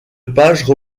page